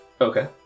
Okay